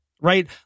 right